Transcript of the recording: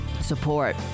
support